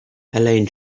helene